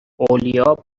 اولیاء